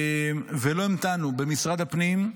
ולא המתנו במשרד הפנים: